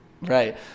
Right